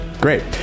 Great